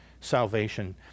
salvation